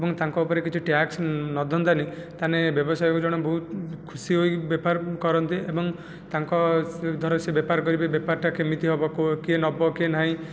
ଏବଂ ତାଙ୍କ ଉପରେ କିଛି ଟ୍ୟାକ୍ସ ଲଦିଦିଅନ୍ତାନାହିଁ ତା'ହେଲେ ବ୍ୟବସାୟକୁ ଜଣେ ବହୁତ ଖୁସି ହୋଇ ବେପାର କରନ୍ତେ ଏବଂ ତାଙ୍କ ଧର ସେ ବେପାର କରିବେ ବେପାରଟା କେମିତି ହେବ କେଉଁ କିଏ ନେବ କିଏ ନାହିଁ